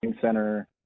Center